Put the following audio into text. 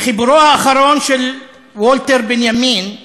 בחיבורו האחרון של ולטר בנימין,